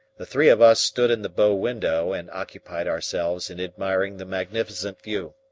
the three of us stood in the bow window and occupied ourselves in admiring the magnificent view.